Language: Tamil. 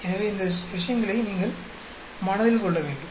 எனவே இந்த விஷயங்களை நீங்கள் மனதில் கொள்ள வேண்டும்